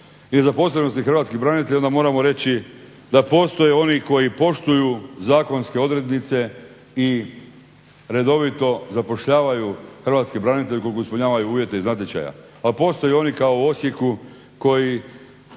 i zaposlenosti hrvatskih branitelja onda moramo reći da postoje oni koji poštuju zakonske odrednice i redovito zapošljavaju hrvatske branitelje ukoliko ispunjavaju uvjete iz natječaja, a postoji oni kao u Osijeku koji